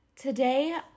Today